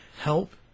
help